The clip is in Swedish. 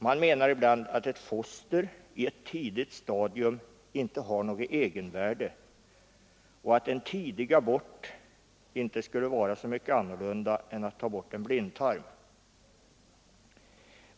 De menar ibland att ett foster på ett tidigt stadium inte har något egenvärde och att en tidig abort inte skulle vara så mycket annorlunda än en blindtarmsoperation.